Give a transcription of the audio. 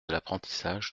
l’apprentissage